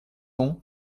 ans